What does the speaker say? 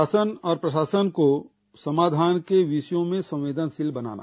शासन और प्रशासन को समाधान के विषयों में संवेदनशील बनाना